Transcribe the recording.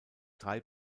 drei